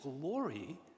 glory